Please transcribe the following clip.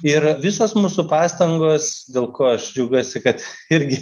yra visos mūsų pastangos dėl ko aš džiaugiuosi kad irgi